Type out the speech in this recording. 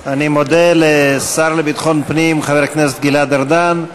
אני מודה לשר לביטחון הפנים חבר הכנסת גלעד ארדן.